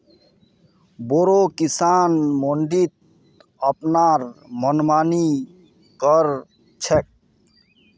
बोरो किसान मंडीत अपनार मनमानी कर छेक